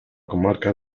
comarca